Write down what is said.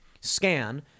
scan